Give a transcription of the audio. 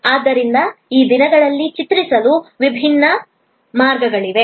ಆದ್ದರಿಂದ ಈ ದಿನಗಳಲ್ಲಿ ಚಿತ್ರಿಸಲು ವಿಭಿನ್ನ ಮಾರ್ಗಗಳಿವೆ